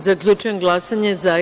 Zaključujem glasanje: za - pet.